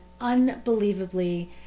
unbelievably